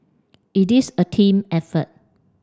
it is a team effort